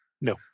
no